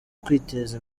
kwiteza